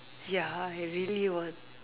ya I really want